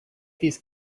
these